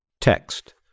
Text